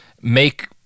make